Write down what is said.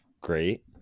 great